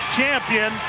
champion